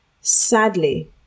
Sadly